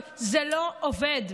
זה לא עובד.